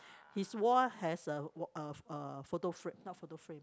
his wall has a w~ a a photo frame not photo frame